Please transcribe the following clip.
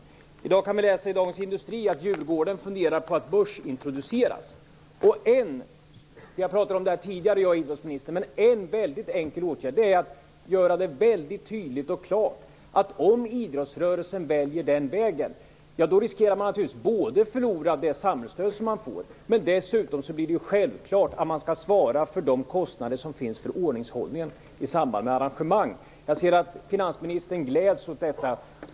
I dag kan vi läsa i Dagens Industri att Djurgården funderar på att börsintroduceras. Idrottsministern och jag har tidigare talat om detta, men en väldigt enkel åtgärd vore att göra det väldigt tydligt och klart att om idrottsrörelsen väljer den vägen, riskerar man naturligtvis att förlora det samhällsstöd som man får. Dessutom blir det självklart att man får svara för kostnaderna för upprätthållandet av ordningen i samband med arrangemang. Jag ser att finansministern gläds åt detta.